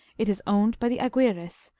it is owned by the aguirres,